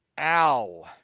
Ow